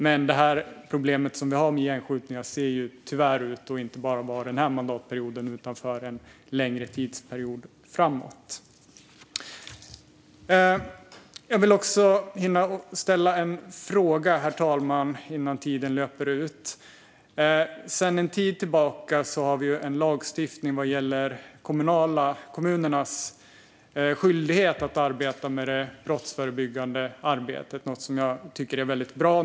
Men problemet som vi har med gängskjutningar ser ju tyvärr ut att vara inte bara den här mandatperioden utan en längre tid framåt. Jag vill också hinna ställa en fråga, herr talman, innan tiden löper ut. Sedan en tid tillbaka har vi lagstiftning gällande kommunernas skyldighet att ansvara för det brottsförebyggande arbetet, något som jag tycker är väldigt bra.